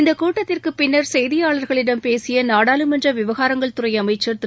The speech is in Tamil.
இந்தக் கூட்டத்திற்குபின்னா் செய்தியாளா்களிடம் பேசியநாடாளுமன்றவிவகாரங்கள்துறைஅமைச்சா் திரு